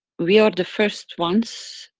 we are the first ones,